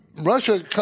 Russia